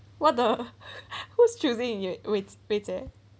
what the who's choosing you with peter